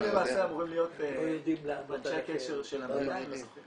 הם למעשה אמורים להיות אנשי קשר של המדינה.